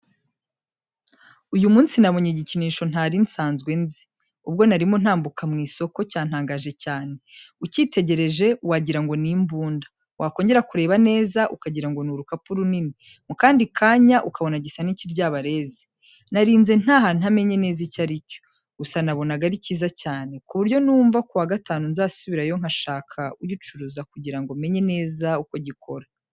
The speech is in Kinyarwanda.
Uyu munsi nabonye igikinisho ntari nsanzwe nzi. Ubwo narimo ntambuka mu isoko, cyantangaje cyane. Ucyitegereje, wagira ngo ni imbunda, wakongera kureba neza, ukagira ngo ni urukapu runini, mu kandi kanya, ukabona gisa n’ikiryabarezi. Narinze ntaha ntamenye neza icyo ari cyo, gusa nabonaga ari cyiza cyane, ku buryo numva ku wa gatanu nzasubirayo nkashaka ugicuruza, kugira ngo menye neza uko gikora.